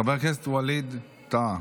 חבר הכנסת ווליד טאהא.